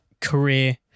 career